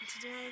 today